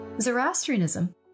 Zoroastrianism